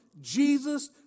Jesus